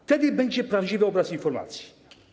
Wtedy będzie prawdziwy obraz informacji.